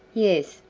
yes,